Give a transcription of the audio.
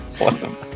Awesome